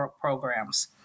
programs